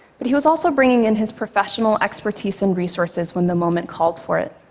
but he was also bringing in his professional expertise and resources when the moment called for it.